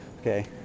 Okay